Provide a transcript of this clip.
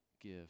give